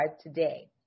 today